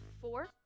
four